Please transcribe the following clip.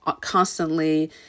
constantly